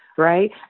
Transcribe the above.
Right